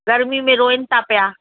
गर्मिनि में रोइनि था पिया